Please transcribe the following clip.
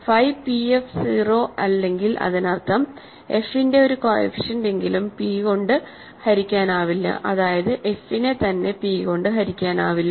phi pf 0 അല്ലെങ്കിൽ അതിനർത്ഥം f ന്റെ ഒരു കോഎഫിഷ്യന്റ് എങ്കിലും p കൊണ്ട് ഹരിക്കാനാവില്ല അതായത് f നെ തന്നെ പി കൊണ്ട് ഹരിക്കാനാവില്ല